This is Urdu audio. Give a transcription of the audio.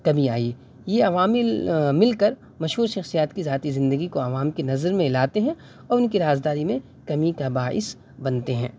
کمی آئی یہ عوامل مل کر مشہور شخصیات کی ذاتی زندگی کو عوام کی نظر میں لاتے ہیں اور ان کی رازداری میں کمی کا باعث بنتے ہیں